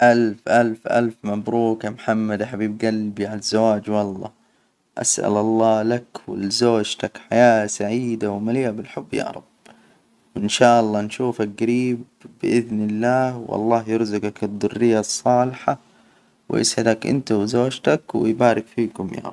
ألف ألف ألف مبروك يا محمد، يا حبيب قلبي على الزواج، والله أسأل الله لك ولزوجتك حياة سعيدة ومليئة بالحب يا رب، وإن شاء الله نشوفك جريب بإذن الله، والله يرزقك الذرية الصالحة ويسعدك إنت وزوجتك ويبارك فيكم يا رب.